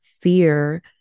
fear